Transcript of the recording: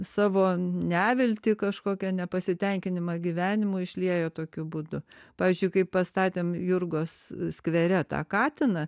savo neviltį kažkokią nepasitenkinimą gyvenimu išliejo tokiu būdu pavyzdžiui kai pastatėm jurgos skvere tą katiną